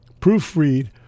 proofread